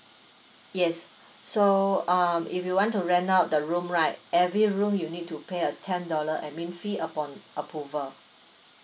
yes so um if you want to rent out the room right every room you need to pay a ten dollar admin fee upon approval